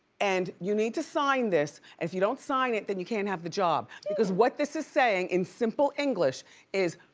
and you need to sign this and if you don't sign it then you can't have the job, because what this is saying in simple english is,